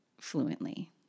fluently